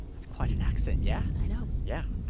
that's quite an accent, yeah i know yeah.